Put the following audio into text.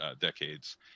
decades